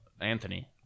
Anthony